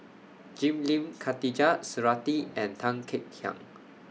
Jim Lim Khatijah Surattee and Tan Kek Hiang